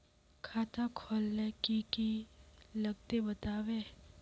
खाता खोलवे के की की लगते बतावे?